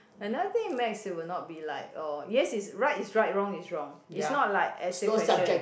another thing maths it will not be like oh yes is right is right wrong is wrong it's not like essay question